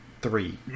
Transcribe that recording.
three